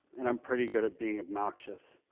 and i'm pretty good at being obnoxious,